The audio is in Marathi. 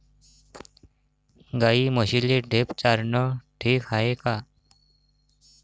गाई म्हशीले ढेप चारनं ठीक हाये का?